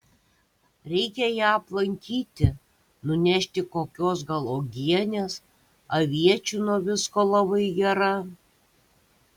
reikia ją aplankyti nunešti kokios gal uogienės aviečių nuo visko labai gera